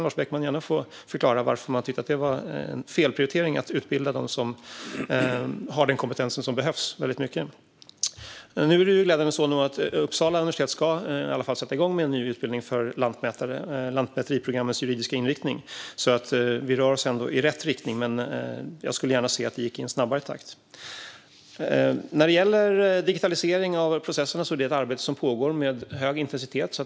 Lars Beckman får gärna förklara varför man tyckte att det var en felprioritering att utbilda dem som kan få den kompetens som behövs i stor utsträckning. Nu ska Uppsala universitet glädjande nog i alla fall sätta igång med en ny utbildning för lantmätare: Lantmäteriprogrammet, juridisk inriktning. Vi rör oss alltså i rätt riktning. Men jag skulle gärna se att det gick i en snabbare takt. När det gäller digitalisering av processerna är det ett arbete som pågår med hög intensitet.